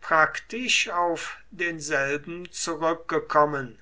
praktisch auf denselben zurückgekommen